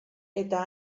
eta